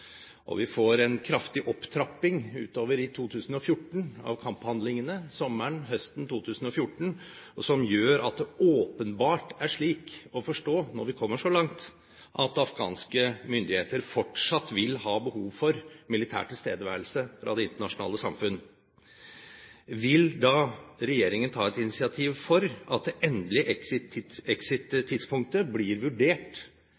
og vi får en kraftig opptrapping av kamphandlingene utover sommeren og høsten 2014, som gjør at det åpenbart er slik å forstå, når vi kommer så langt, at afghanske myndigheter fortsatt vil ha behov for militær tilstedeværelse fra det internasjonale samfunn, vil da regjeringen ta et initiativ til at det endelige exit-tidspunktet blir vurdert